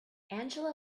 angela